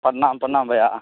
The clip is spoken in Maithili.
प्रणाम प्रणाम भैआ